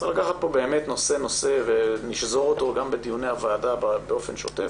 צריך לקחת פה נושא-נושא ולשזור אותו בדיוני הוועדה באופן שוטף.